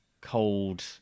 cold